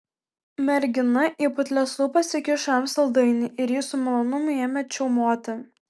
mergina į putlias lūpas įkišo jam saldainį ir jis su malonumu ėmė čiaumoti